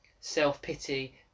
self-pity